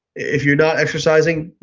if you're not exercising,